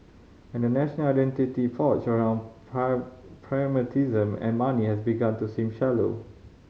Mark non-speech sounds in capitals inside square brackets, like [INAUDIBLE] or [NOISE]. and a national identity forged around [UNINTELLIGIBLE] pragmatism and money has begun to seem shallow